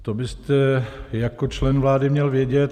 To byste jako člen vlády měl vědět.